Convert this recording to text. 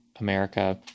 America